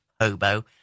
Hobo